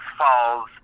falls